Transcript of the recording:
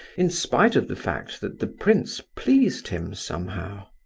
in spite of the fact that the prince pleased him somehow.